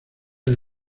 del